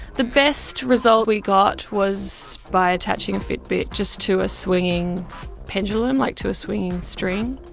the best result we got was by attaching a fitbit just to a swinging pendulum, like to a swinging string.